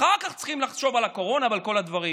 אחר כך צריכים לחשוב על הקורונה ועל כל הדברים.